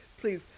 please